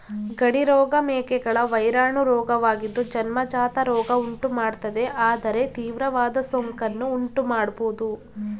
ಗಡಿ ರೋಗ ಮೇಕೆಗಳ ವೈರಾಣು ರೋಗವಾಗಿದ್ದು ಜನ್ಮಜಾತ ರೋಗ ಉಂಟುಮಾಡ್ತದೆ ಆದರೆ ತೀವ್ರವಾದ ಸೋಂಕನ್ನು ಉಂಟುಮಾಡ್ಬೋದು